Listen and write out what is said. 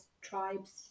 Tribes